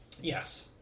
Yes